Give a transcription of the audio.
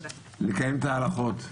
לקיים את ההלכות.